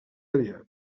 aviat